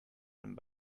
and